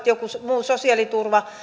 joku muu sosiaaliturva